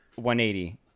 180